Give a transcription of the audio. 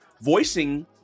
voicing